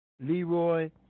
Leroy